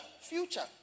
future